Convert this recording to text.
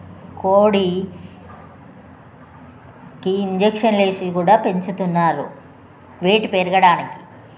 కోడికి ఇంజక్షన్లు వేసి కూడా పెంచుతున్నారు వెయిట్ పెరగడానికి